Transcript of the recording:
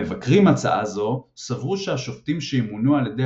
המבקרים הצעה זו סברו שהשופטים שימונו על ידי